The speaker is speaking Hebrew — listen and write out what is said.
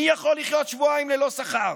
מי יכול לחיות שבועיים ללא שכר?